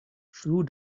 through